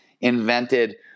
invented